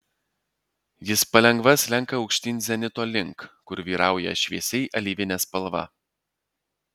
jis palengva slenka aukštyn zenito link kur vyrauja šviesiai alyvinė spalva